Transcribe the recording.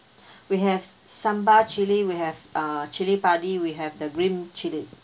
we have sambal chilli we have uh chilli padi we have the green chilli